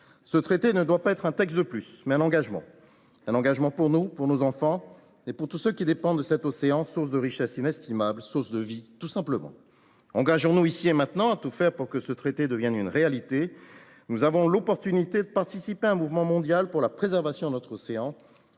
Ce traité doit être non pas un texte de plus, mais un engagement ; un engagement pour nous, pour nos enfants et pour tous ceux qui dépendent de cet océan, source de richesse inestimable et source de vie, tout simplement. Engageons nous, ici et maintenant, à tout faire pour que ce traité devienne une réalité. Nous avons l’opportunité de participer à un mouvement mondial pour la préservation de notre océan.